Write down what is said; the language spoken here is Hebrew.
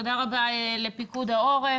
תודה רבה לפיקוד העורף.